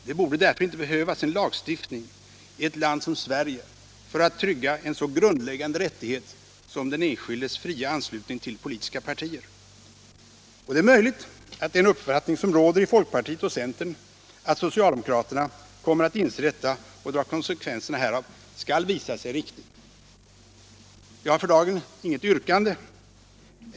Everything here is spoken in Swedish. Det borde därför inte behövas en lagstiftning i ett land som Sverige för att trygga en så grundläggande rättighet som den enskildes fria anslutning till politiska partier. Och det är möjligt att den uppfattning som råder i folkpartiet och centern att socialdemokraterna kommer att inse detta och dra konsekvenserna härav skall visa sig riktig. Jag har för dagen inget yrkande.